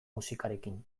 musikarekin